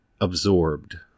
absorbed